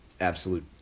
absolute